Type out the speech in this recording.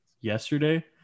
yesterday